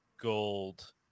gold